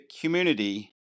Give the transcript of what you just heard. community